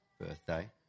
birthday